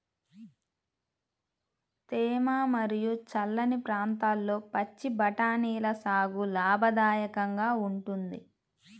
తేమ మరియు చల్లని ప్రాంతాల్లో పచ్చి బఠానీల సాగు లాభదాయకంగా ఉంటుంది